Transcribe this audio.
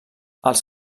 els